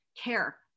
care